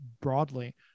broadly